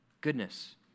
Goodness